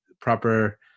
proper